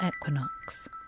equinox